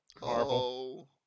Marvel